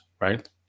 Right